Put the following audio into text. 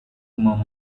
more